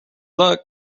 luck